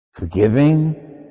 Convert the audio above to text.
Forgiving